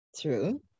True